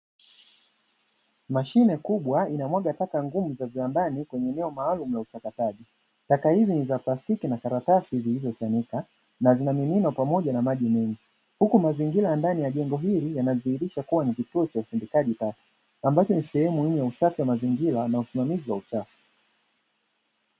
Mashine kubwa inamwaga taka ngumu za viwandani kwenye eneo maalumu za uchakataji, taka hizi ni za plastiki na karatasi zilizochanika na zinamiminwa pamoja na maji mengi, huku mazingira ya ndani ya jengo hili yanadhihirisha kuwa ni kituo cha usindikaji taka ambacho ni sehemu muhimu ya usafi wa mazingira na usimamizi wa uchafu.